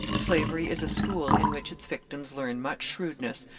slavery is a school in which its victims learn much shrewdness,